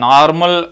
Normal